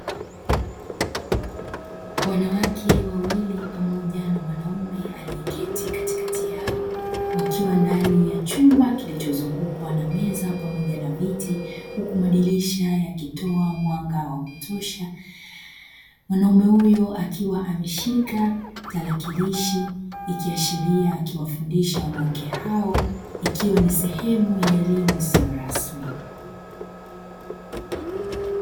Wanawake wawili pamoja na mwanaume aliyeketi katikati yao, wakiwa ndani ya chumba kilichozungukwa na meza pamoja na viti, huku madirisha yakitoa mwanga wa kutosha. Mwanaume huyo akiwa ameshika tarakilishi, ikiashiria akiwafundisha wanawake hao ikiwa ni sehemu ya elimu isiyo rasmi.